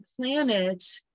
planet